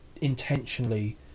intentionally